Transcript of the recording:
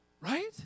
right